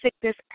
sickness